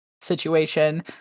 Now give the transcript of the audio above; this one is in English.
situation